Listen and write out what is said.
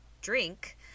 drink